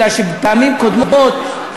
כי פעמים קודמות,